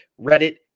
Reddit